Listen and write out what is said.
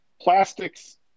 plastics